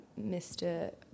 Mr